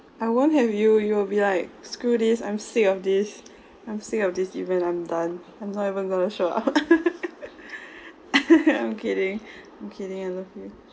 I won't have you you'll be like screw this I'm sick of this I'm sick of this event I'm done I'm not even going to show up I'm kidding I'm kidding I love you